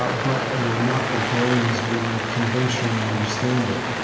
ah but you know not the brain as we conventionally understand it.